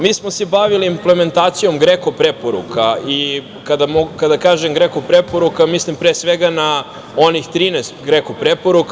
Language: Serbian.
Mi smo se bavili implementacijom GREKO preporuka i kada kažem GREKO preporuke, mislim, pre svega, na onih 13 GREKO preporuka.